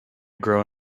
grow